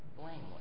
blameless